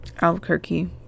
Albuquerque